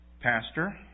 Pastor